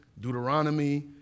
Deuteronomy